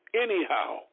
anyhow